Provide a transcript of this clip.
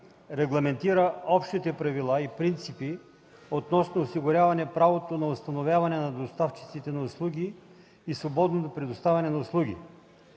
регламентира общите правила и принципи относно осигуряване правото на установяване на доставчиците на услуги и свободното предоставяне на услуги.